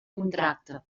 contracte